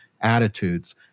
attitudes